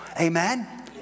Amen